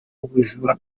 ubujura